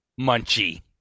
Munchie